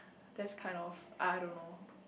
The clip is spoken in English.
that's kind of I don't know